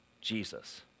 Jesus